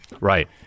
right